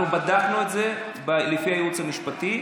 אנחנו בדקנו את זה לפי הייעוץ המשפטי.